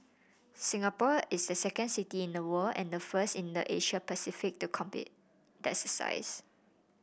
Singapore is the second city in the world and the first in the Asia Pacific to complete the exercise